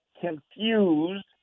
confused